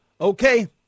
Okay